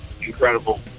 incredible